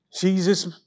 Jesus